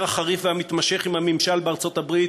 החריף והמתמשך עם הממשל בארצות-הברית,